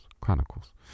Chronicles